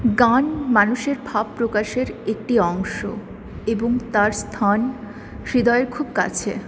গান মানুষের ভাব প্রকাশের একটি অংশ এবং তার স্থান হৃদয়ের খুব কাছে